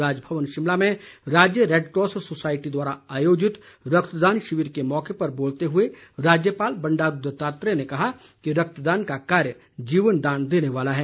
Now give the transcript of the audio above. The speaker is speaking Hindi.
राजभवन शिमला में राज्य रैडक्रॉस सोसायटी द्वारा आयोजित रक्तदान शिविर के मौके पर बोलते हुए राज्यपाल बंडारू दत्तात्रेय ने कहा कि रक्तदान का कार्य जीवनदान देने वाला है